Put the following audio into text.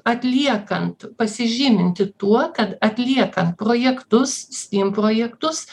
atliekant pasižyminti tuo kad atliekant projektus stim projektus